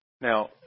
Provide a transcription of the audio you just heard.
Now